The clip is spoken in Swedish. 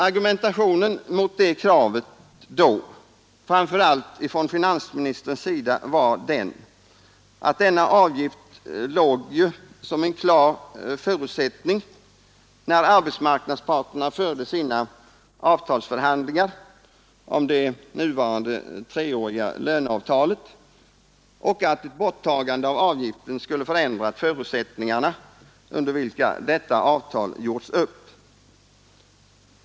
Argumentationen mot det kravet då, framför allt från finansministern, var att denna avgift låg som en klar förutsättning när arbetsmarknadsparterna förde sina avtalsförhandlingar om det nuvarande treåriga löneavtalet, och att ett borttagande av avgiften skulle ha förändrat förutsättningarna under vilka detta avtal gjorts upp.